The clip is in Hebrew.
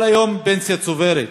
אבל היום יש פנסיה צוברת.